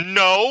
no